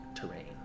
terrain